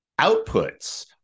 outputs